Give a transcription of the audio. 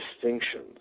distinctions